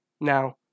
Now